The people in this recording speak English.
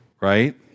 Right